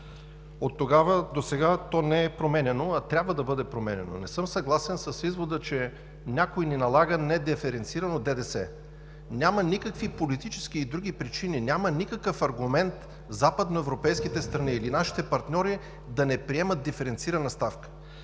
Оттогава досега то не е променяно, а трябва да бъде променяно. Не съм съгласен с извода, че някой ни налага недиференцирано ДДС. Няма никакви политически и други причини, няма никакъв аргумент западноевропейските страни или нашите партньори да не приемат диференцирана ставка.